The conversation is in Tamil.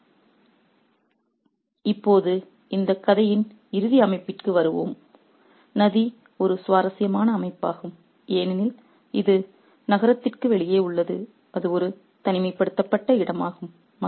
ரெபஃர் ஸ்லைடு டைம் 2850 இப்போது இந்த கதையின் இறுதி அமைப்பிற்கு வருவோம் நதி ஒரு சுவாரஸ்யமான அமைப்பாகும் ஏனெனில் இது நகரத்திற்கு வெளியே உள்ளது அது ஒரு தனிமைப்படுத்தப்பட்ட இடமாகும்